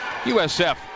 USF